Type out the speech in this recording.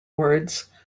words